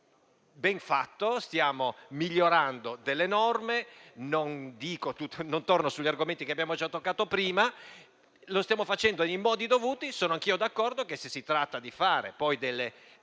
ben fatto, stiamo migliorando delle norme - non torno sugli argomenti che abbiamo già affrontato prima - e lo stiamo facendo nei modi dovuti. Sono poi anch'io d'accordo che, se si tratta di fare delle norme